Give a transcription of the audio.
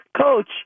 Coach